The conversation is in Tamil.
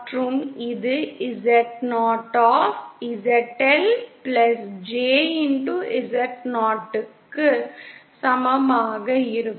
மற்றும் இது ZoZL jZo க்கு சமமாக இருக்கும்